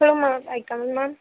May I coming ma'am